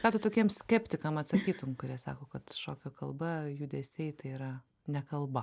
ką tu tokiems skeptikam atsakytum kurie sako kad šokio kalba judesiai tai yra ne kalba